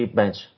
bench